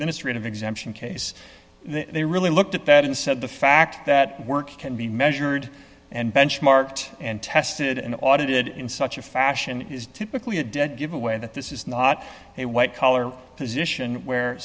administrative exemption case they really looked at that and said the fact that work can be measured and benchmarked and tested and audited in such a fashion is typically a dead giveaway that this is not a white collar position where